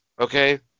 Okay